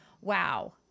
wow